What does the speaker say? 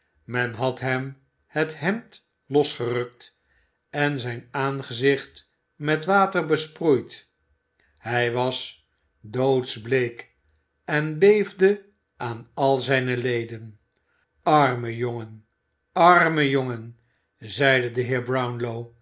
men had hem het hemd losgerukt en zijn aangezicht met water besproeid hij was doodsbleek en beefde aan al zijne leden arme jongen arme jongen zeide de heer